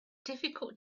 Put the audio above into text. difficult